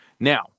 Now